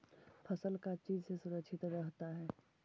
फसल का चीज से सुरक्षित रहता है?